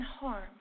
harm